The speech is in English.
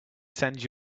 send